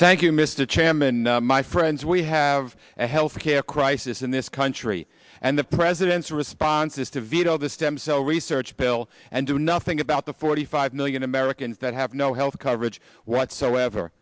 thank you mr chairman my friends we have a health care crisis in this country and the president's response is to veto the stem cell research bill and do nothing about the forty five million americans that have no health coverage whatsoever